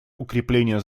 укрепления